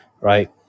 Right